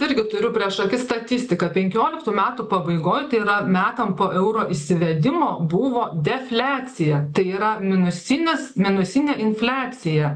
irgi turiu prieš akis statistiką penkioliktų metų pabaigoj tai yra metam po euro įsivedimo buvo defliacija tai yra minusinis minusinė infliacija